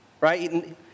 right